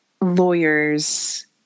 lawyers